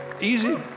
easy